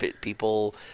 people